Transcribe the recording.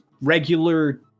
regular